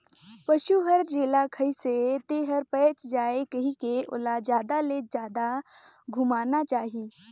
पसु हर जेला खाइसे तेहर पयच जाये कहिके ओला जादा ले जादा घुमाना चाही